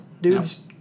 Dude's